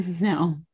No